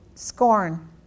Scorn